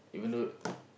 even though